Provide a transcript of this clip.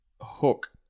hook